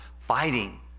fighting